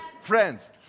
friends